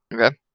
Okay